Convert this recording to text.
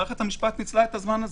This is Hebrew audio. מערכת המשפט קיצרה את הזמן הזה.